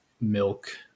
milk